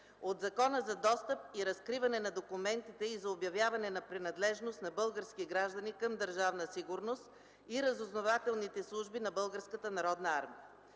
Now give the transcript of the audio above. от Закона за достъп и разкриване на документите и за обявяване на принадлежност на български граждани към Държавна сигурност и разузнавателните служби на